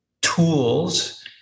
tools